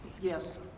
yes